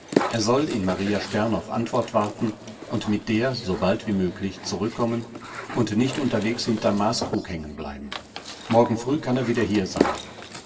er soll in maria stern auf antwort warten und mit der sobald wie möglich zurückkommen und nicht unterwegs hinterm maßkrug hängen bleiben morgen früh kann er wieder hier sein